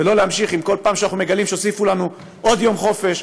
ולא להמשיך לגלות כל פעם שהוסיפו לנו עוד יום חופשה,